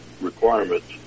requirements